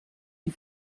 die